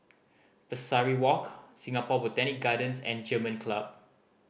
Pesari Walk Singapore Botanic Gardens and German Club